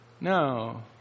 No